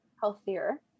healthier